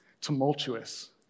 tumultuous